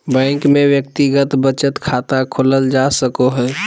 bank में व्यक्तिगत बचत खाता खोलल जा सको हइ